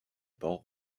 port